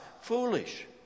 foolish